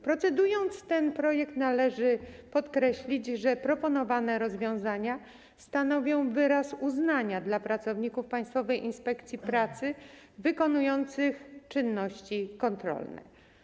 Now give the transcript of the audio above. Procedując nad tym projektem, należy podkreślić, że proponowane rozwiązania stanowią wyraz uznania dla pracowników Państwowej Inspekcji Pracy wykonujących czynności kontrolne.